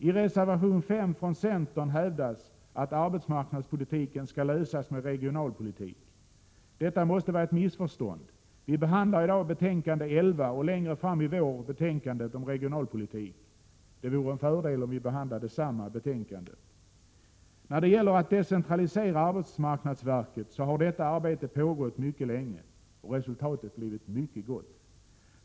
I reservation 5 från centern hävdas att arbetsmarknadspolitiken skall lösas med regionalpolitik. Detta måste vara ett missförstånd. Vi behandlar i dag betänkande 11 och längre fram i vår betänkandet om regionalpolitik. Det vore en fördel om vi behandlade samma betänkande. När det gäller att decentralisera arbetsmarknadsverket har detta arbete pågått mycket länge och resultatet blivit mycket gott.